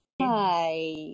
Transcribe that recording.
Hi